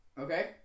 Okay